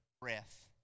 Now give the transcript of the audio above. breath